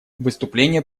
выступление